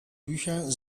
bücher